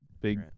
big